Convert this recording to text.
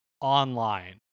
online